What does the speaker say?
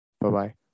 Bye-bye